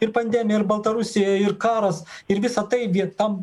ir pandemija ir baltarusija ir karas ir visa tai vie tam